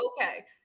okay